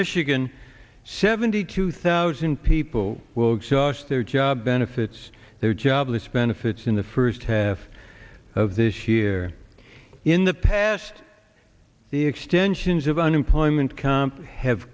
michigan seventy two thousand people will exhaust their job benefits their jobless benefits in the first half of this year in the past the extensions of unemployment